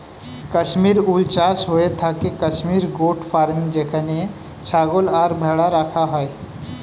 Kashmir wool চাষ হয়ে থাকে কাশ্মীর গোট ফার্মে যেখানে ছাগল আর ভেড়া রাখা হয়